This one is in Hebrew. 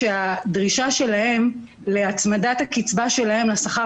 כשהדרישה שלהם להצמדת הקצבה שלהם לשכר